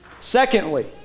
Secondly